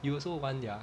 you also want their